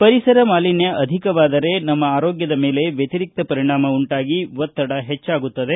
ಪರಿಸರ ಮಾಲಿನ್ಯ ಅಧಿಕವಾದರೆ ನಮ್ಮ ಆರೋಗ್ಯದ ಮೇಲೆ ವ್ಯತಿರಿಕ್ತ ಪರಿಣಾಮ ಉಂಟಾಗಿ ಒತ್ತಡ ಹೆಚ್ಚಾಗುತ್ತಿದೆ